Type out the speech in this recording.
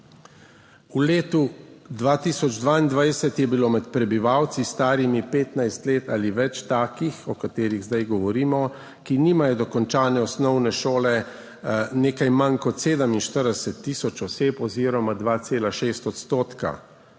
V letu 2022 je bilo med prebivalci, starimi 15 let ali več, takih, o katerih zdaj govorimo, ki nimajo dokončane osnovne šole, nekaj manj kot 47 tisoč oseb oziroma 2,6 %.